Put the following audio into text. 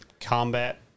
combat